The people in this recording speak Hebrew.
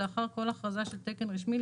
לאחר כל הכרזה של תקן רשמי,